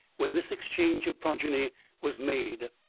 when this exchange of progeny was made.